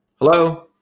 Hello